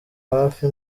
hafi